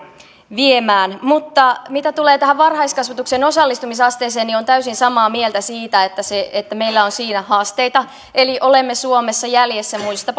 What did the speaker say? viemään mutta mitä tulee varhaiskasvatuksen osallistumisasteeseen niin olen täysin samaa mieltä siitä että meillä on siinä haasteita eli olemme suomessa jäljessä muista